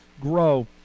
grow